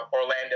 Orlando